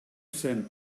zen